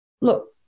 look